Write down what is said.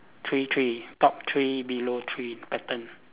three three top three below three pattern